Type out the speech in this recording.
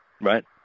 right